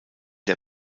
der